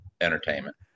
entertainment